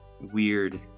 weird